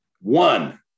One